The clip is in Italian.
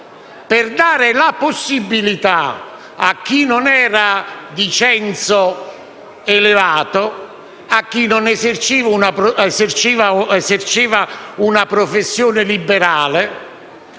per dare la possibilità a chi non era di censo elevato, a chi non eserceva una professione liberale,